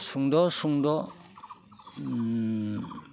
सुंद' सुंद'